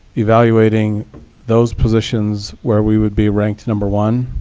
evaluating those positions where we would be ranked number one.